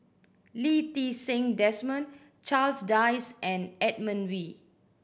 Lee Ti Seng Desmond Charles Dyce and Edmund Wee